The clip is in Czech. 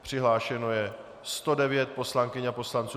Přihlášeno je 109 poslankyň a poslanců.